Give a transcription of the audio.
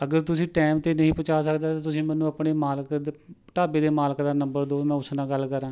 ਅਗਰ ਤੁਸੀਂ ਟਾਈਮ 'ਤੇ ਨਹੀਂ ਪਹੁੰਚਾ ਸਕਦੇ ਤਾਂ ਤੁਸੀਂ ਮੈਨੂੰ ਆਪਣੇ ਮਾਲਕ ਦ ਢਾਬੇ ਦੇ ਮਾਲਕ ਦਾ ਨੰਬਰ ਦਿਉ ਮੈਂ ਉਸ ਨਾਲ ਗੱਲ ਕਰਾਂ